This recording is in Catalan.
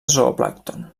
zooplàncton